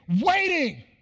Waiting